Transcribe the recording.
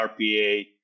RPA